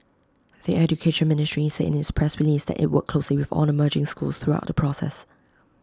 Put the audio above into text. the Education Ministry said in its press release that IT worked closely with all the merging schools throughout the process